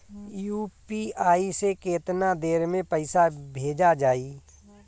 UPI से केतना देर मे पईसा भेजा जाई?